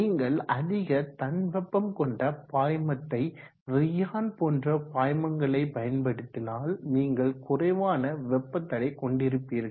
நீங்கள் அதிக தன் வெப்பம் கொண்ட பாய்மத்தை ஃரியான் போன்ற பாய்மங்களை பயன்படுத்தினால் நீங்கள் குறைவான வெப்ப தடை கொண்டிருப்பீர்கள்